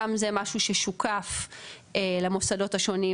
גם זה משהו ששוקף למוסדות השונים,